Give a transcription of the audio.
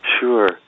Sure